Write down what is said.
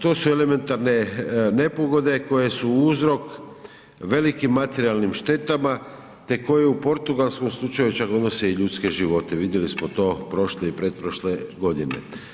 To su elementarne nepogode koje su uzrok velikih materijalnim šteta te koje u portugalskom slučaju čak odnose i ljudske živote, vidjeli smo to prošle i pretprošle godine.